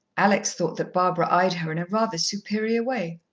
alex thought that barbara eyed her in a rather superior way.